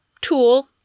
tool